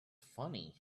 funny